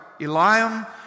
Eliam